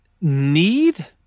Need